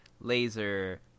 laser